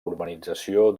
urbanització